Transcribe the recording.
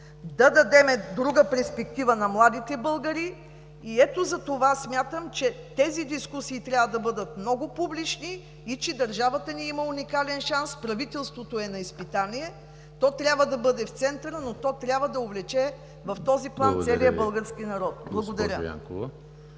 да дадем друга перспектива на младите българи, смятам, че тези дискусии трябва да бъдат публични и че държавата ни има уникален шанс. Правителството е на изпитание, то трябва да бъде в центъра, но то трябва да увлече в този план и целия български народ.